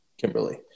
Kimberly